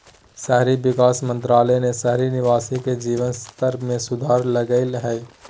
शहरी विकास मंत्रालय ने शहरी निवासी के जीवन स्तर में सुधार लैल्कय हइ